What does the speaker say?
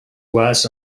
was